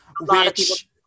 which-